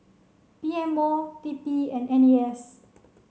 P M O T P and N A S